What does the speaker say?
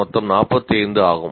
மொத்தம் 45 ஆகும்